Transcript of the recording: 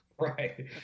Right